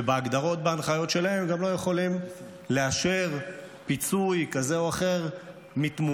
ובהגדרות בהנחיות שלהם הם גם לא יכולים לאשר פיצוי כזה או אחר מתמונות,